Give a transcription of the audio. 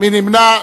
מי נמנע?